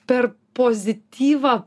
per pozityvą